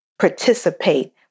participate